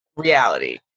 reality